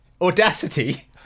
audacity